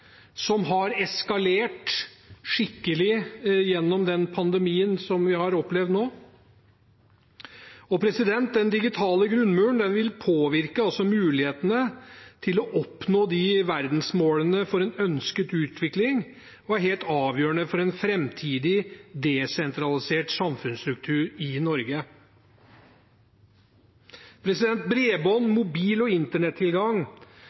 som har eskalert skikkelig gjennom den pandemien vi har opplevd nå. Den digitale grunnmuren vil påvirke mulighetene til å oppnå verdensmålene for en ønsket utvikling, og den er helt avgjørende for en framtidig desentralisert samfunnsstruktur i Norge. Bredbånd, mobil og internettilgang